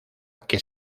que